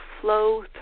flow